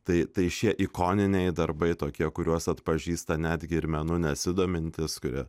tai tai šie ikoniniai darbai tokie kuriuos atpažįsta netgi ir menu nesidomintys kurie